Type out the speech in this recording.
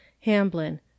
Hamblin